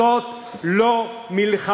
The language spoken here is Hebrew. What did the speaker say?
זאת לא מלחמה,